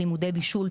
לימודי בישול,